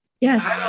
Yes